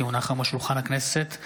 כי הונחו היום על שולחן הכנסת,